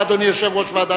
אדוני היושב-ראש,